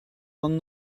one